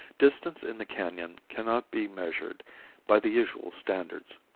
distance in the canon cannot be measured by the usual standards.